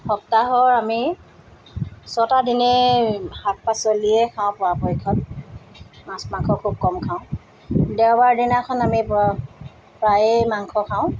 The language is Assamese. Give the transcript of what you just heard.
সপ্তাহৰ আমি ছটা দিনেই শাক পাচলিয়ে খাওঁ পৰাপক্ষত মাছ মাংখ খুব কম খাওঁ দেওবাৰ দিনাখন আমি প্ৰায় প্ৰায়ে মাংস খাওঁ